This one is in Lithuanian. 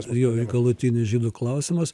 jo jo galutinis žydų klausimas